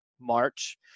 March